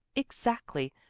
exactly.